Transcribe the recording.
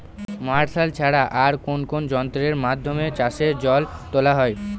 Martial ছাড়া আর কোন কোন যন্ত্রেরর মাধ্যমে চাষের জল তোলা হয়?